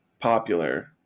popular